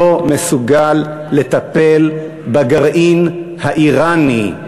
לא מסוגל לטפל בגרעין האיראני.